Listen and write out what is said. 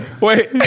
wait